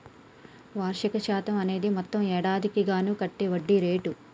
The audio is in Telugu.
వార్షిక శాతం అనేది మొత్తం ఏడాదికి గాను కట్టే వడ్డీ రేటు